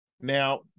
Now